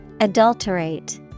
Adulterate